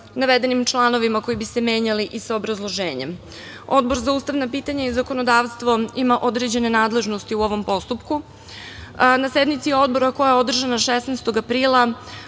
navedenim članovima koji bi se menjali i sa obrazloženjem. Odbor za ustavna pitanja i zakonodavstvo ima određene nadležnosti u ovom postupku. Na sednici Odbora koja je održana 16. aprila